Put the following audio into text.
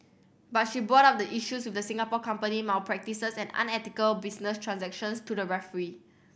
but she brought up the issues with the Singapore company malpractices and unethical business transactions to the referee